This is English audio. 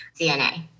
DNA